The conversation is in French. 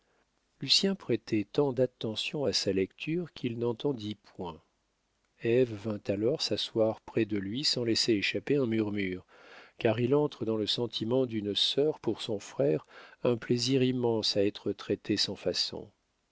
fraises lucien prêtait tant d'attention à sa lecture qu'il n'entendit point ève vint alors s'asseoir près de lui sans laisser échapper un murmure car il entre dans le sentiment d'une sœur pour son frère un plaisir immense à être traitée sans façon